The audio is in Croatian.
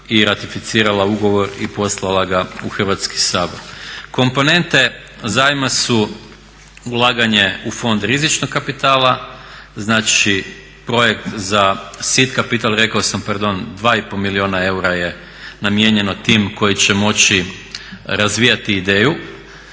i ratificirala ugovor i poslala ga u Hrvatski sabor. Komponente zajma su ulaganje ulaganje u fond rizičnog kapitala, znači projekt za …/Govornik se ne razumije./… kapital, rekao sam, pardon 2,5 milijuna eura je namijenjeno tim koji će moći razvijati ideju,